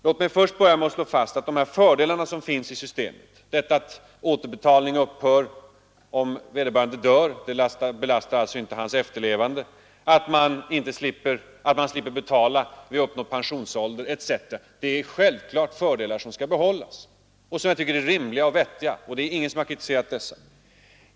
Låt mig börja med att slå fast att de fördelar som finns i systemet — att återbetalningsskyldigheten upphör om låntagaren dör och alltså inte belastar hans efterlevande, att man slipper betala vid uppnådd pensionsålder etc. — självfallet skall behållas. De är rimliga och vettiga, och det är ingen som har kritiserat dem.